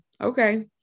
Okay